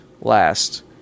last